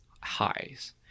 highs